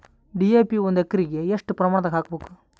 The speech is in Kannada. ಡಿ.ಎ.ಪಿ ಒಂದು ಎಕರಿಗ ಎಷ್ಟ ಪ್ರಮಾಣದಾಗ ಹಾಕಬೇಕು?